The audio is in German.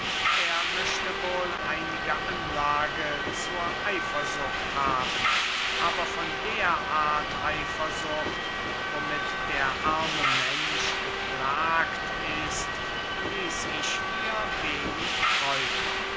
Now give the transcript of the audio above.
er möchte wohl einige anlage zur eifersucht haben aber von der art eifersucht womit der arme mensch geplagt ist ließ ich mir wenig träumen